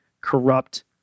corrupt